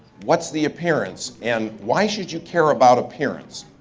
what's the appearance? and why should you care about appearance?